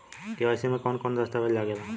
KYC में कवन कवन दस्तावेज लागे ला?